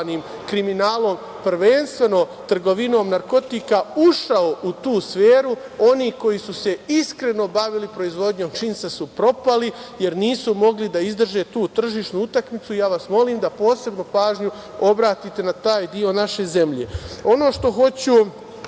kriminalom, prvenstveno trgovinom narkotika, ušao u tu sferu, oni koji su se iskreno bavili proizvodnjom džinsa su propali, jer nisu mogli da izdrže tu tržišnu utakmicu. Molim vas da posebno pažnju obratite na taj deo naše zemlje. Ono